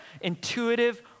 intuitive